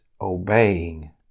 obeying